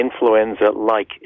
influenza-like